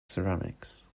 ceramics